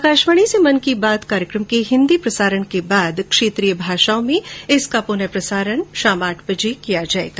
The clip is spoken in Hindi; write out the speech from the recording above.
आकाशवाणी से मन की बात के हिंदी प्रसारण के बाद क्षेत्रीय भाषाओं में इसका पूनः प्रसारण शाम आठ बजे किया जाएगा